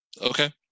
Okay